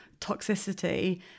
toxicity